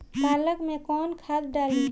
पालक में कौन खाद डाली?